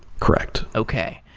correct. okay.